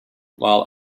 while